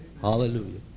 Hallelujah